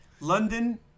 London